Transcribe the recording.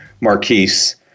Marquise